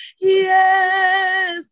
yes